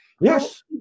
Yes